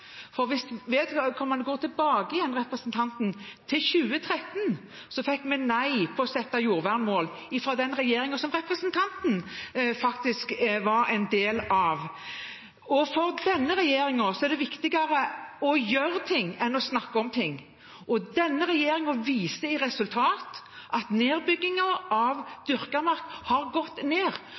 til 2013, vil han se at det ble nei til å sette jordvernmål fra den regjeringen som hans parti var en del av. For denne regjeringen er det viktigere å gjøre noe enn å snakke om det, og denne regjeringen kan vise til resultater ved at nedbyggingen av dyrket mark har gått ned.